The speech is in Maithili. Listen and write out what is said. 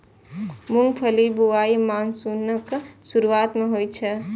मूंगफलीक बुआई मानसूनक शुरुआते मे होइ छै